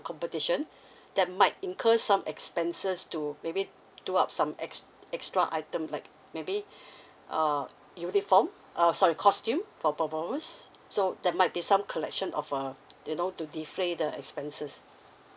competition that might incur some expenses to maybe do up some ex~ extra item like maybe uh uniform uh sorry costume for performance so that might be some collection of uh you know to defray the expenses